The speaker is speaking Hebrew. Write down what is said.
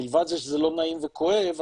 מלבד שזה לא נעים וכואב,